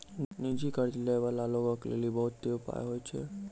निजी कर्ज लै बाला लोगो के लेली बहुते उपाय होय छै